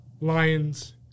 Lions